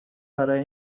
برای